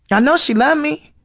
and know she love me.